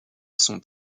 sont